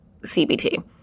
CBT